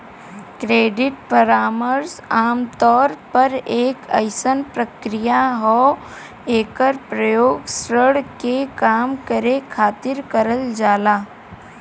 credit परामर्श आमतौर पर एक अइसन प्रक्रिया हौ एकर प्रयोग ऋण के कम करे खातिर करल जाला